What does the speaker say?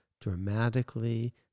dramatically